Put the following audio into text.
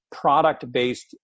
product-based